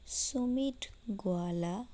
Sumit Gowala